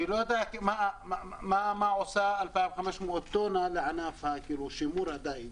אני לא ידעתי מה עושה 2500 טון לשימור הדייג